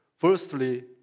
Firstly